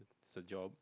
it's their job